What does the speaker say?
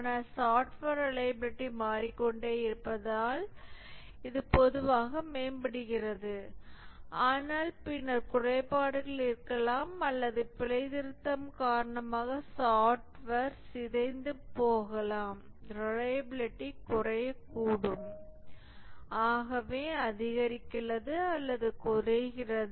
ஆனால் software reliability மாறிக்கொண்டே இருப்பதால் இது பொதுவாக மேம்படுகிறது ஆனால் பின்னர் குறைபாடுகள் இருக்கலாம் அல்லது பிழை திருத்தம் காரணமாக சாப்ட்வேர் சிதைந்து போகலாம் ரிலையபிலிடி குறையக்கூடும் ஆகவே அதிகரிக்கிறது அல்லது குறைகிறது